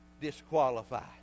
disqualified